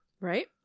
Right